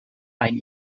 ein